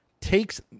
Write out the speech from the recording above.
takes